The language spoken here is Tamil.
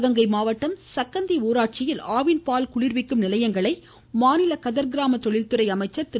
சிவகங்கை மாவட்டம் சக்கந்தி ஊராட்சியில் ஆவின் பால் குளிர்விக்கும் நிலையத்தை மாநில கதர் கிராம தொழில்துறை அமைச்சர் திரு